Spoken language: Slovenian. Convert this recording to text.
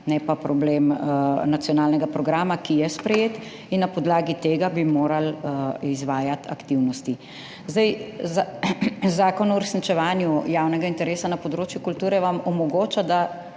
ne pa problem nacionalnega programa, ki je sprejet in na podlagi tega bi morali izvajati aktivnosti. Zakon o uresničevanju javnega interesa za kulturo vam omogoča, da